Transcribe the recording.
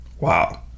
Wow